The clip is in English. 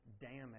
damage